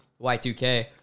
Y2K